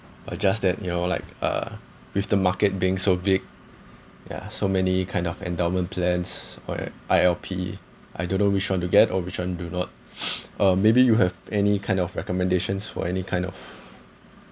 but just that you know like uh with the market being so big ya so many kind of endowment plans or uh I_L_P I don't know which one to get or which one do not uh maybe you have any kind of recommendations for any kind of